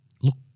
Look